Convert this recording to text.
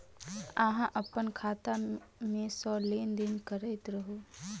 अहाँ अप्पन खाता मे सँ लेन देन करैत रहू?